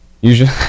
usually